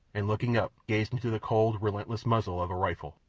and, looking up, gazed into the cold, relentless muzzle of a rifle.